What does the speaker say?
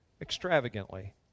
extravagantly